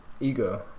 Ego